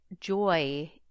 joy